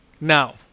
now